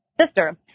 sister